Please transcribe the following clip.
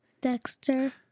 Dexter